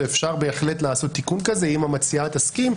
ואפשר בהחלט לעשות תיקון כזה אם המציעה תסכים.